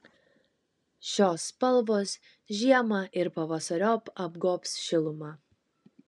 šios spalvos žiemą ir pavasariop apgobs šiluma